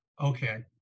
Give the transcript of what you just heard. Okay